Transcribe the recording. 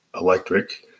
Electric